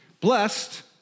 blessed